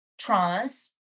traumas